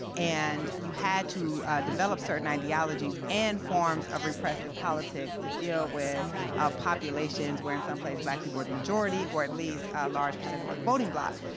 and you had to develop certain ideologies and forms of repressive politics to deal with ah populations where in some place black people are the majority or at least a large percentage of the voting bloc.